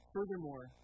Furthermore